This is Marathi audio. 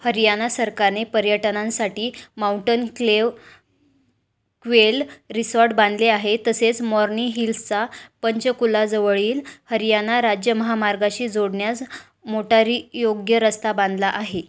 हरियाणा सरकारने पर्यटनांसाठी माऊंटन क्लेव क्वेल रिसॉर्ट बांधले आहे तसेच मोर्नी हील्सचा पंचकुलाजवळील हरियाणा राज्य महामार्गाशी जोडण्यास मोटारी योग्य रस्ता बांधला आहे